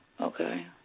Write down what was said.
okay